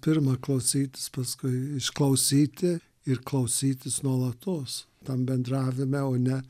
pirma klausytis paskui išklausyti ir klausytis nuolatos tam bendravime o ne